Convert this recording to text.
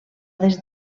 des